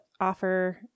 offer